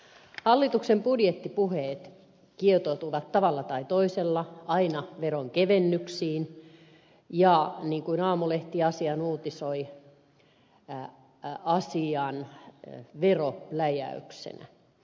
hallituksen budjettipuheet kietoutuvat tavalla tai toisella aina veronkevennyksiin veroplä jäykseen niin kuin aamulehti asian uutisoi tähän asiaan eli viron läjäyksellä